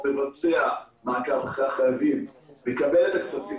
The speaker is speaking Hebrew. מבצעים מעקב אחרי החייבים או מקבלים את הכספים.